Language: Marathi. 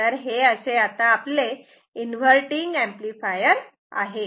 तर हे असे इन्व्हर्टटिंग एंपलीफायर आहे